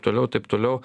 toliau taip toliau